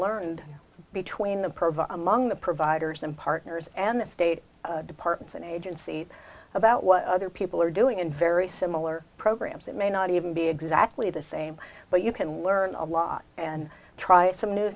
learned between the prova among the providers and partners and state departments and agencies about what other people are doing in very similar programs it may not even be exactly the same but you can learn a lot and try some new